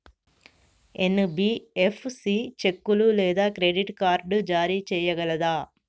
NBFC చెక్కులు లేదా credit card జారీ చేయగలదా?